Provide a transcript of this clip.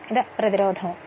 ഇതു പ്രതിരോധവുമാണ്